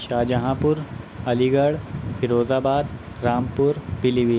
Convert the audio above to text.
شاہجہاں پور Aligarh Firozabad Rampur پیلی بھی